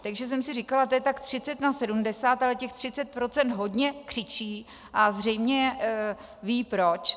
Takže jsem si říkala, to je tak 30 na 70, ale těch 30 % hodně křičí a zřejmě ví proč.